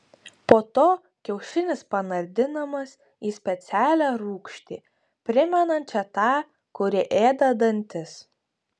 po to kiaušinis panardinamas į specialią rūgštį primenančią tą kuri ėda dantis